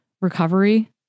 recovery